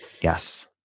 Yes